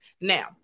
Now